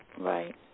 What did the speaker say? Right